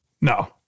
No